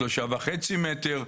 שלושה וחצי מטר,